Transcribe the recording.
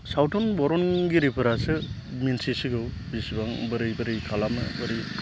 सावथुन बरनगिरिफोरासो मिथिसिगौ बिसिबां बोरै बोरै खालामो बोरै